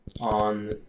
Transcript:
on